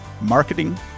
Marketing